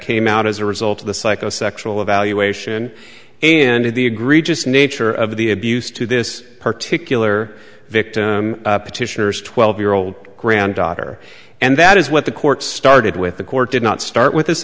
came out as a result of the psycho sexual evaluation and the egregious nature of the abuse to this particular victim petitioners twelve year old granddaughter and that is what the court started with the court did not start with this